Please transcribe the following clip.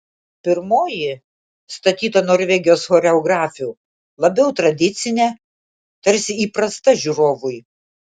pirmoji statyta norvegijos choreografių labiau tradicinė tarsi įprasta žiūrovui